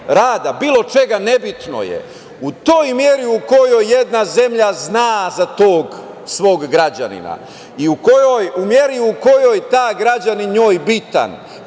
bilo čega, nebitno je, u toj meri u kojoj jedna zemlja zna za tog svog građanina, u meri u kojoj je taj građanin njoj bitan,